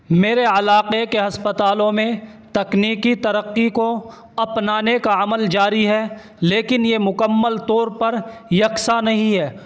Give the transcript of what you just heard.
میرے علاقے کے اسپتالوں میں تکنیکی ترقی کو اپنانے کا عمل جاری ہے لیکن یہ مکمل طور پر یکساں نہیں ہے